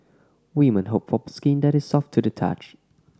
women hope for skin that is soft to the touch